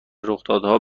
رخدادها